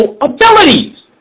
abilities